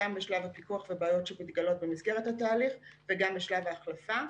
גם בשלב הפיקוח ובעיות שמתגלות במסגרת התהליך וגם בשלב ההחלפה.